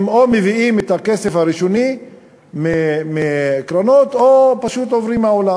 הם או מביאים את הכסף הראשוני מהקרנות או פשוט עוברים מהעולם.